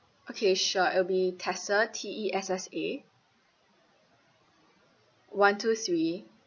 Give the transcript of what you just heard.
okay sure it'll be tessa T E S S A one two three